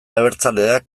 abertzaleak